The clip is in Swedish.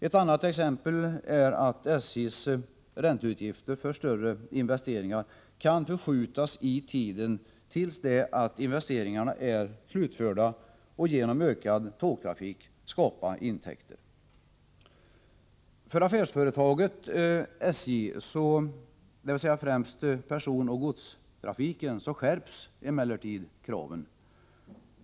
Ett annat exempel är att SJ:s ränteutgifter för större investeringar kan förskjutas i tiden tills investeringarna är slutförda och man genom ökad tågtrafik kan skapa intäkter. För affärsföretaget SJ, dvs. främst personoch godstrafiken, skärps emellertid kraven.